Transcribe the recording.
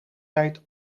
tijd